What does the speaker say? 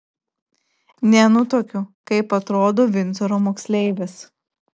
nenutuokiu kaip atrodo vindzoro moksleivės